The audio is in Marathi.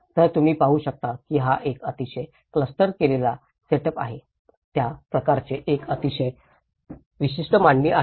तर तुम्ही पाहु शकता की हा एक अतिशय क्लस्टर केलेला सेटअप आहे त्या प्रत्येकाची एक अतिशय विशिष्ट मांडणी आहे